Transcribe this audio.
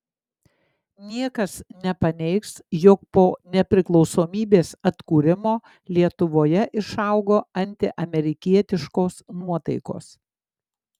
niekas nepaneigs jog po nepriklausomybės atkūrimo lietuvoje išaugo antiamerikietiškos nuotaikos